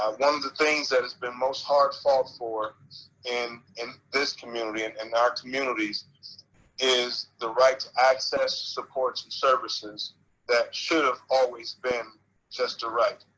um one of the things that has been most hard fought for in in this community and and our communities is the right to access supports and services that should have always been just a right.